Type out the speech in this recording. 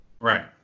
Right